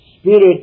spirit